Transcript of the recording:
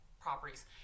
properties